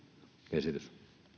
esitys